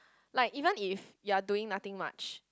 like even if you're doing nothing much